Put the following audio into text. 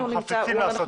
הם חפצים לעשות את זה.